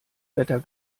wetter